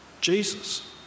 Jesus